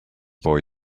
boy